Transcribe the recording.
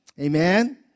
Amen